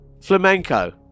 Flamenco